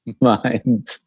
mind